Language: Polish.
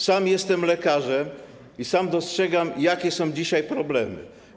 Sam jestem lekarzem i sam dostrzegam, jakie są dzisiaj problemy.